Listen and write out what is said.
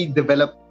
develop